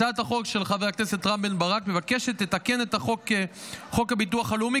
הצעת החוק של חבר הכנסת רם בן ברק מבקשת לתקן את חוק הביטוח הלאומי